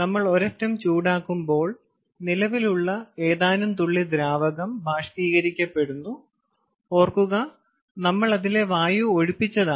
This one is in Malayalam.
നമ്മൾ ഒരറ്റം ചൂടാക്കുമ്പോൾ നിലവിലുള്ള ഏതാനും തുള്ളി ദ്രാവകം ബാഷ്പീകരിക്കപ്പെടുന്നു ഓർക്കുക നമ്മൾ അതിലെ വായു ഒഴിപ്പിച്ചതാണ്